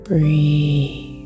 Breathe